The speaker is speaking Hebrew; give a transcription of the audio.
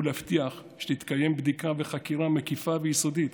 הוא להבטיח שתתקיים בדיקה וחקירה מקיפה ויסודית